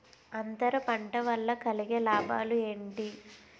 అంతర పంట వల్ల కలిగే లాభాలు ఏంటి